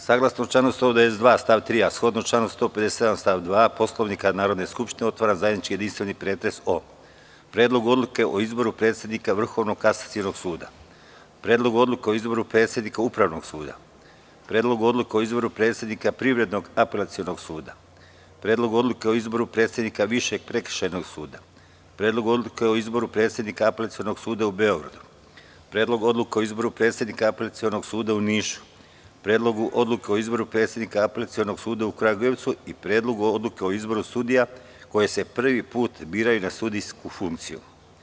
Saglasno članu 192. stav 3. a shodno članu 157. stav 2. Poslovnika Narodne skupštine, otvaram zajednički jedinstveni pretres o: Predlogu odluke o izboru predsednika Vrhovnog kasacionog suda, Predlogu odluke o izboru predsednika Upravnog suda, Predlogu odluke o izboru predsednika Privrednog apelacionog suda, Predlogu odluke o izboru predsednika Višeg prekršajnog suda, Predlogu odluke o izboru predsednika Apelacionog suda u Beogradu, Predlogu odluke o izboru predsednika Apelacionog suda u Nišu, Predlogu odluke o izboru predsednika Apelacionog suda u Kragujevcu i Predlogu odluke o izboru sudija koji se prvi put biraju na sudijsku funkciju.